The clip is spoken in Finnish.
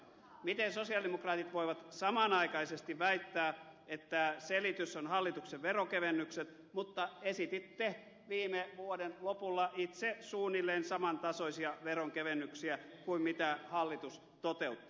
miten sosialidemokraatit voivat samanaikaisesti väittää että selitys on hallituksen veronkevennykset mutta esititte viime vuoden lopulla itse suunnilleen saman tasoisia veronkevennyksiä kuin hallitus toteutti